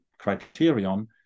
criterion